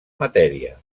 matèria